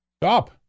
Stop